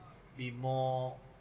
be more